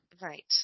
Right